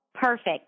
perfect